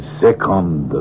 second